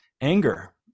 anger